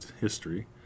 history